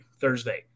Thursday